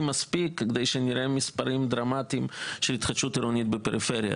מספיק כדי שנראה מספרים דרמטיים של התחדשות עירונית בפריפריה,